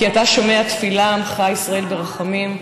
כי אתה שומע תפילת עמך ישראל ברחמים.